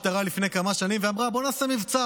לפני כמה שנים באה המשטרה ואמרה: בואו נעשה מבצע,